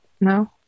No